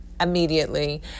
immediately